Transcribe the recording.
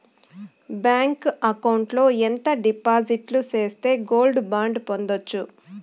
Bank account లో ఎంత డిపాజిట్లు సేస్తే గోల్డ్ బాండు పొందొచ్చు?